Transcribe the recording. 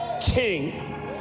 king